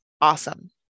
awesome